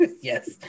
yes